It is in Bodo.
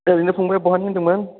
ओरैनो फंबाइ बहानि होनदोंमोन